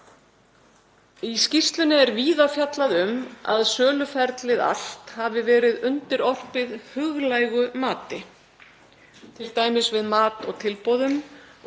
Í skýrslunni er víða fjallað um að söluferlið allt hafi verið undirorpið huglægu mati, t.d. við mat á tilboðum, og ekki